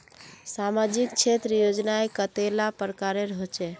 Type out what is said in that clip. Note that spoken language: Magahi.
सामाजिक क्षेत्र योजनाएँ कतेला प्रकारेर होचे?